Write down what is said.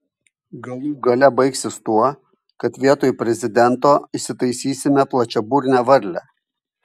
galų gale baigsis tuo kad vietoj prezidento įsitaisysime plačiaburnę varlę